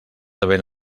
havent